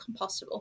compostable